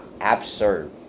absurd